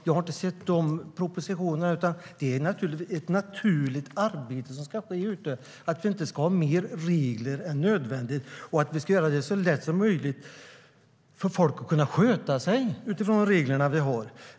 Jag har inte sett några sådana propositioner, utan det är ett naturligt arbete som ska ske ute på myndigheterna. Vi ska inte ha mer regler än nödvändigt. Vi ska göra det så lätt som möjligt för folk att följa de regler vi har.